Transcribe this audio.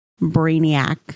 brainiac